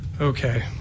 Okay